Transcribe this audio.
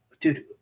dude